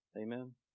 Amen